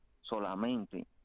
solamente